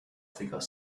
figure